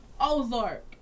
Ozark